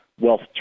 wealth